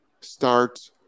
start